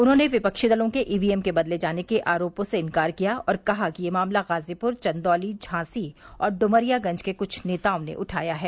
उन्होंने विपक्षी दलों के ईवीएम के बदले जाने के आरोपों से इनकार किया और कहा कि यह मामला गाजीपुर चंदौली झांसी और डुमरियागंज के कुछ नेताओं ने उठाया है